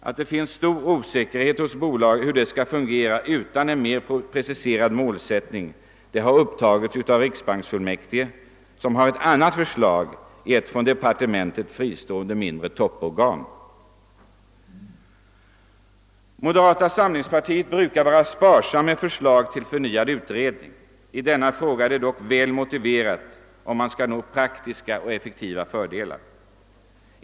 Att det råder stor osäkerhet om hur bolaget skall fungera utan en mer preciserad målsättning har påpekats av riksbanksfullmäktige som har ett annat förslag om ett från departementet fristående mindre topporgan. Moderata samlingspartiet brukar vara sparsamt med förslag till förnyad utredning. I denna fråga är en sådan dock väl motiverad för att nå praktiska och effektiva fördelar.